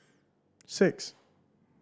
six